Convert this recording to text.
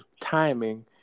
timing